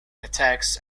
attacks